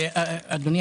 אדוני,